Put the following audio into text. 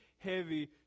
heavy